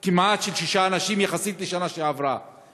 של כמעט שישה אנשים יחסית לשנה שעברה.